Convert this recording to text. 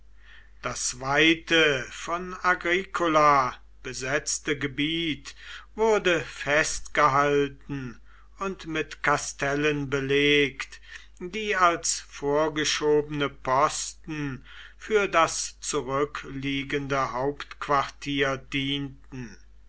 das weite von agricola besetzte gebiet wurde festgehalten und mit kastellen belegt die als vorgeschobene posten für das zurückliegende hauptquartier dienten